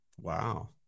Wow